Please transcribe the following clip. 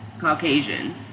caucasian